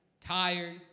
tired